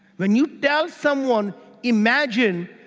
when you tell someone imagine,